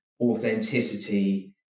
authenticity